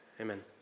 Amen